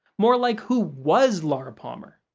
more like, who was laura palmer?